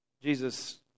Jesus